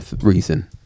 reason